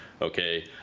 Okay